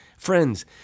Friends